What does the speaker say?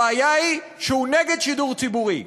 הבעיה היא שהוא נגד שידור ציבורי.